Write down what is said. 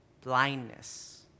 blindness